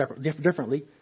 differently